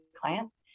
clients